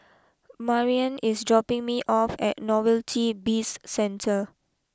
Mariann is dropping me off at Novelty Bizcentre